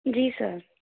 जी sir